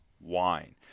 wine